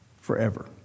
forever